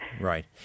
Right